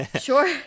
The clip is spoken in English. sure